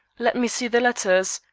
let me see the letters.